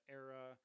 era